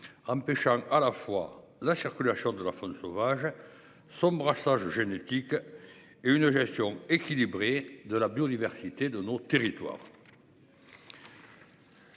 Empêchant à la fois la circulation de la faune sauvage sommes brassage génétique. Et une gestion équilibrée de la biodiversité diversité de nos territoires.--